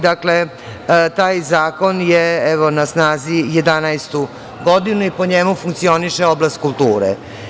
Taj zakon je, evo, na snazi 11 godinu i po njemu funkcioniše oblast kulture.